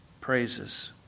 praises